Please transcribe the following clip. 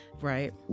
right